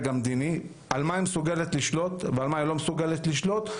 המדיני על מה היא מסוגלת לשלוט ועל מה היא לא מסוגלת לשלוט.